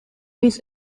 his